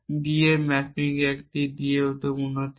D থেকে একটি mapping D এ উন্নীত হয়